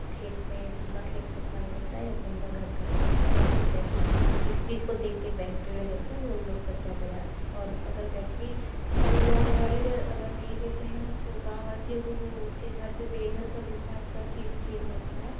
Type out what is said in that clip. खेत में उनका खेत कब्जा हो जाता है या उनका घर कब्जा होता है जिसपे बैंक जिस चीज को देख के बैंक ऋण देता हैं वो लोग कब्जा और अगर व्यक्ति का लिया हुआ ऋण अगर नहीं देते हैं तो गाँव वासियों को वो उसके घर से बेघर कर देता है उसका खेत छीन लेता है